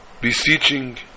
beseeching